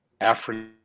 Africa